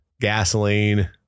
gasoline